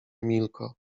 emilko